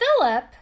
Philip